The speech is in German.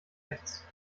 rechts